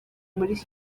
muri